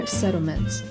settlements